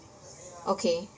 okay